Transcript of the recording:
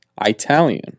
Italian